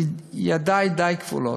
ידי די כבולות,